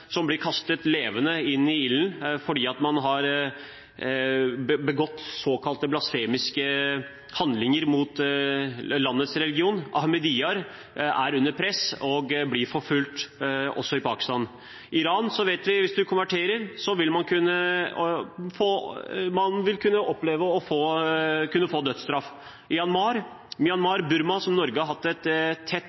blir kastet levende inn i ilden fordi de har begått såkalte blasfemiske handlinger mot landets religion. Ahmadiyyaer er under press og blir forfulgt også i Pakistan. I Iran vet vi at hvis man konverterer, vil man kunne oppleve å få dødsstraff. I Myanmar, Burma, som Norge har hatt en tett